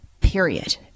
period